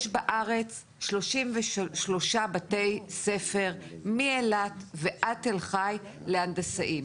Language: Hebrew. יש בארץ שלושים ושלושה בתי ספר מאילת ועד תל חי להנדסאים,